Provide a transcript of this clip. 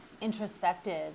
introspective